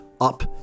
up